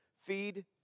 feed